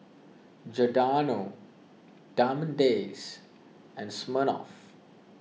Giordano Diamond Days and Smirnoff